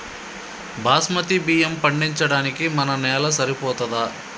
బాస్మతి బియ్యం పండించడానికి మన నేల సరిపోతదా?